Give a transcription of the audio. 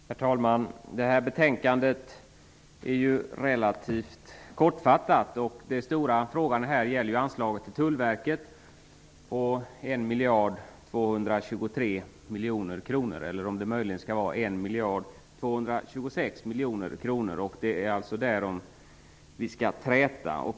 Herr talman! Det här betänkandet är relativt kortfattat. Den stora frågan gäller om anslaget till Tullverket skall vara 1 223 miljoner kronor eller möjligen 1 226 miljoner kronor. Det är alltså därom vi skall träta.